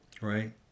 right